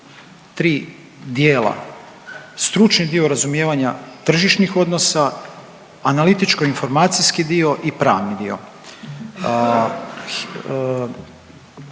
Hvala.